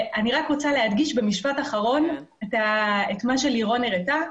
אני רוצה להדגיש במשפט אחרון את מה שלירון הראתה.